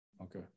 okay